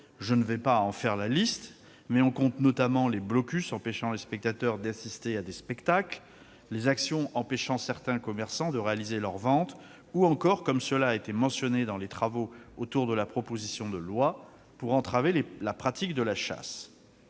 Je ne vais pas en faire la liste, mais on compte notamment les blocus empêchant les spectateurs d'assister à des spectacles, les actions empêchant certains commerçants de réaliser leurs ventes ou encore, comme cela a été mentionné dans les travaux réalisés autour de la proposition de loi, pour entraver la pratique de la chasse.